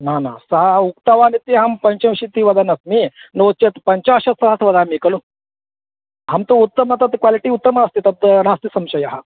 न न सः उक्तवान् इति अहं पञ्चविंशतिः वदन्नअस्मि नो चेत् पञ्चाशत्सहस्रं वदामि खलु अहं तु उत्तमं तत् क्वालिटि उत्तमम् अस्ति तत् नास्ति संशयः